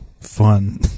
fun